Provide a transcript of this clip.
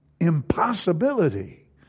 impossibility